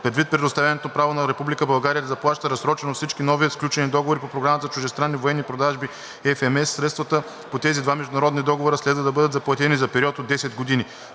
Предвид предоставеното право на Република България да заплаща разсрочено всички нови сключени договори по Програмата за чуждестранни военни продажби (FMS), средствата по тези два международни договора следва да бъдат заплатени за период от 10 години.